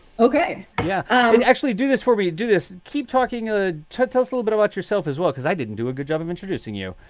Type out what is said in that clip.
ok. yeah, and actually do this where we do this. keep talking ah tell tell us a little bit about yourself as well, because i didn't do a good job of introducing you.